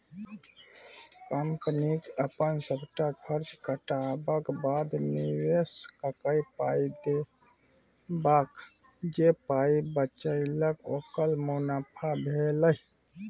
कंपनीक अपन सबटा खर्च कटबाक बाद, निबेशककेँ पाइ देबाक जे पाइ बचेलक ओकर मुनाफा भेलै